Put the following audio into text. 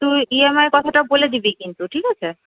তুই ইএমআইয়ের কথাটা বলে দিবি কিন্তু ঠিক আছে